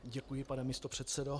Děkuji, pane místopředsedo.